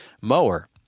mower